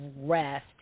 rest